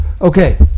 Okay